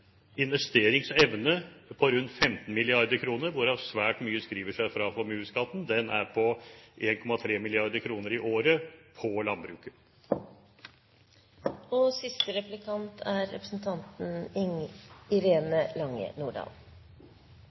investeringsevne på rundt 15 mrd. kr, hvorav svært mye skriver seg fra formuesskatten. Den er på 1,3 mrd. kr i året på